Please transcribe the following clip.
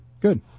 Good